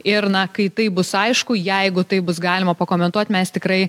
ir na kai tai bus aišku jeigu tai bus galima pakomentuot mes tikrai